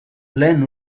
lehen